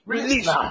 Release